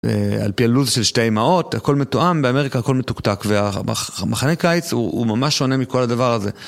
על פי הלו"ז של שתי האמהות, הכל מתואם, באמריקה הכל מתוקתק, והמחנה קיץ הוא ממש שונה מכל הדבר הזה.